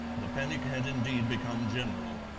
the panic had indeed become general.